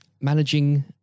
managing